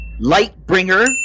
Lightbringer